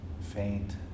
faint